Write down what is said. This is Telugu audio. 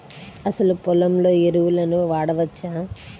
అసలు పొలంలో ఎరువులను వాడవచ్చా?